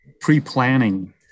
pre-planning